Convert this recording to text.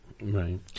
Right